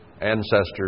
ancestors